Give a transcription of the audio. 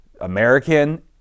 American